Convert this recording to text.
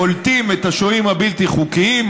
קולטים את השוהים הבלתי-חוקיים,